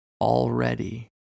already